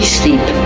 sleep